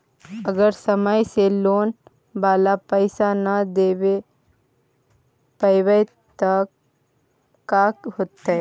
अगर समय से लोन बाला पैसा न दे पईबै तब का होतै?